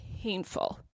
painful